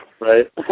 Right